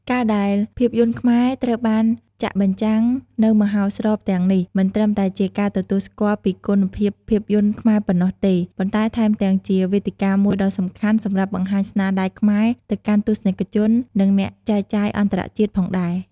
ការដែលភាពយន្តខ្មែរត្រូវបានចាក់បញ្ចាំងនៅមហោស្រពទាំងនេះ មិនត្រឹមតែជាការទទួលស្គាល់ពីគុណភាពភាពយន្តខ្មែរប៉ុណ្ណោះទេ ប៉ុន្តែថែមទាំងជាវេទិកាមួយដ៏សំខាន់សម្រាប់បង្ហាញស្នាដៃខ្មែរទៅកាន់ទស្សនិកជន និងអ្នកចែកចាយអន្តរជាតិផងដែរ។